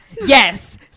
Yes